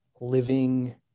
living